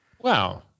Wow